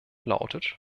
lautet